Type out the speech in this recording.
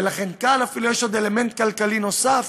ולכן כאן אפילו יש אלמנט כלכלי נוסף,